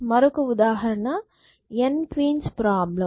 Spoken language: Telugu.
మరొక ఉదాహరణ n క్వీన్స్ ప్రాబ్లెమ్